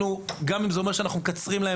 גם אם זה אומר שצריך לקצר שירות,